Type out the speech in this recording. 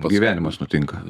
gyvenimas nutinka